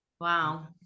Wow